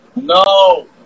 No